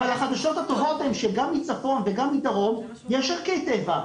אבל החדשות הטובות הן שגם מצפון וגם מדרום יש ערכי טבע.